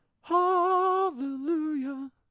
Hallelujah